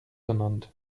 benannt